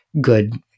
good